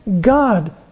God